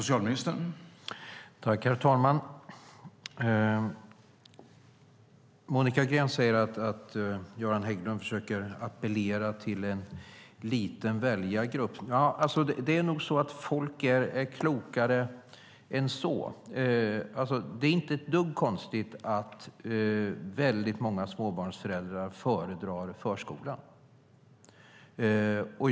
Herr talman! Monica Green säger: Göran Hägglund försöker appellera till en liten väljargrupp. Det är nog så att folk är klokare än så. Det är inte ett dugg konstigt att väldigt många småbarnsföräldrar föredrar förskolan.